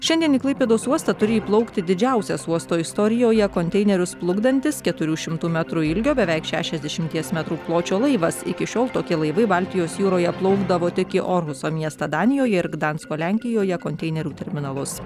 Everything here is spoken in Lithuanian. šiandien į klaipėdos uostą turi įplaukti didžiausias uosto istorijoje konteinerius plukdantis keturių šimtų metrų ilgio beveik šešiasdešimties metrų pločio laivas iki šiol tokie laivai baltijos jūroje plaukdavo tik į orhuso miestą danijoje ir gdansko lenkijoje konteinerių terminalus